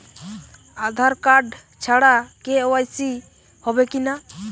আধার card ছাড়া কে.ওয়াই.সি হবে কিনা?